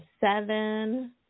seven